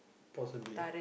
possibly